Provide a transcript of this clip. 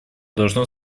должно